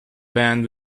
band